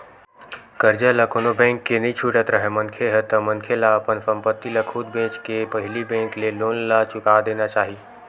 करजा ल कोनो बेंक के नइ छुटत राहय मनखे ह ता मनखे ला अपन संपत्ति ल खुद बेंचके के पहिली बेंक के लोन ला चुका देना चाही